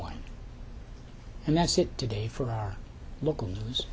ne and that's it today for our local news